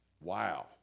Wow